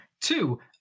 Two